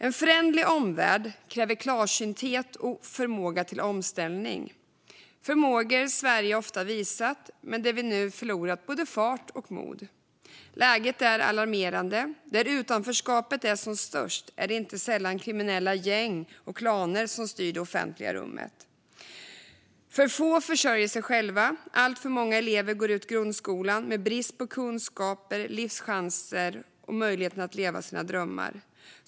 En föränderlig omvärld kräver klarsynthet och förmåga till omställning. Det är förmågor som Sverige ofta visat, men där vi nu förlorat både fart och mod. Läget är alarmerande. Där utanförskapet är som störst är det inte sällan kriminella gäng och klaner som styr det offentliga rummet. För få försörjer sig själva. Alltför många elever går ut grundskolan med brist på kunskaper, livschanser och möjligheten att leva sina drömmar.